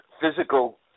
physical